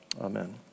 Amen